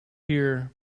here